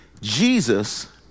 Jesus